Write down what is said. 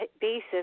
basis